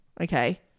Okay